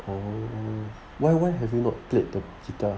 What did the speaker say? oh why hwy have you not played the guitar